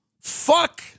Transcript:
fuck